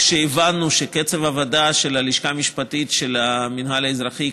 כשהבנו שקצב הוועדה של הלשכה המשפטית של המינהל האזרחי,